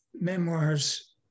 Memoirs